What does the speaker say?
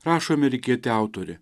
rašo amerikietė autorė